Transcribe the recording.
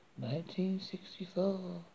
1964